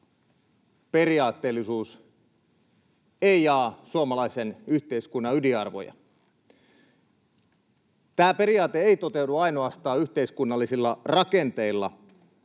periaatteellisuus ei jaa suomalaisen yhteiskunnan ydinarvoja. Tämä periaate ei toteudu ainoastaan yhteiskunnallisilla rakenteilla,